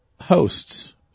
hosts